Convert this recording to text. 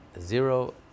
zero